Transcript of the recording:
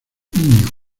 niño